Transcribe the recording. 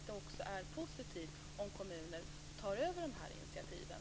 Det är också positivt om kommuner tar över de här initiativen.